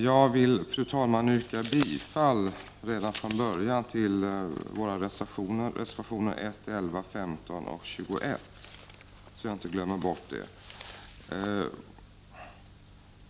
Jag vill redan från början, fru talman, yrka bifall till reservationerna 1, 11, 15 och 21.